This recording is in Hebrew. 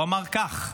הוא אמר כך: